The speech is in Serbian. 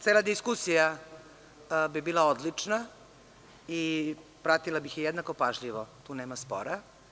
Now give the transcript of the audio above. Cela diskusija bi bila odlična i pratila bih je jednako pažljivo, tu nema spora.